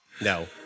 No